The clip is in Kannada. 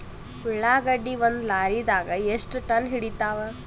ಉಳ್ಳಾಗಡ್ಡಿ ಒಂದ ಲಾರಿದಾಗ ಎಷ್ಟ ಟನ್ ಹಿಡಿತ್ತಾವ?